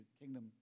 kingdom